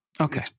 Okay